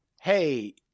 Hey